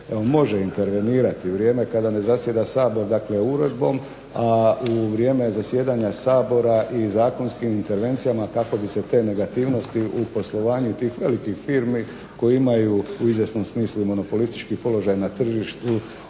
može intervenirati u vrijeme kada ne zasjeda Sabor, dakle uredbom, a u vrijeme zasjedanja Sabora i zakonskim intervencijama kako bi se te negativnosti u poslovanju tih velikih firmi koji imaju u izvjesnom smislu monopolistički položaj na tržištu